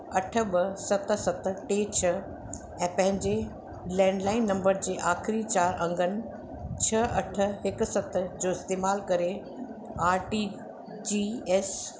अठ ॿ सत सत टे छह ऐं पंहिंजे लैंडलाइन नंबर जे आखिरी चारि अंगनि छह अठ हिकु सत जो इस्तेमाल करे आर टी जी एस